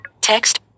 Text